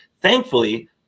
thankfully